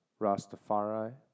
Rastafari